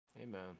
Amen